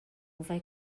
vai